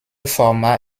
format